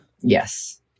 Yes